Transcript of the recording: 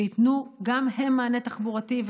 שייתנו גם הם מענה תחבורתי,